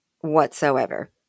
whatsoever